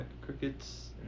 Crickets